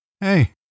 Hey